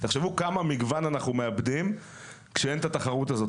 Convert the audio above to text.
תחשבו כמה מגוון אנחנו מאבדים כשאין את התחרות הזאת,